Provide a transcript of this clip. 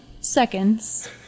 seconds